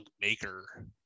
maker